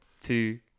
two